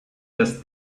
just